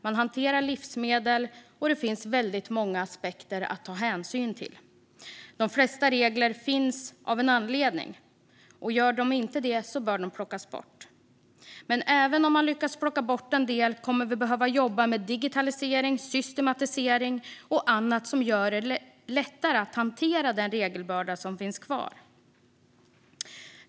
Man hanterar livsmedel, och det finns väldigt många aspekter att ta hänsyn till. De flesta regler finns av en anledning. Gör de inte det bör de plockas bort. Men även om man lyckas plocka bort en del kommer vi att behöva jobba med digitalisering, systematisering och annat som gör det lättare att hantera den regelbörda som finns kvar.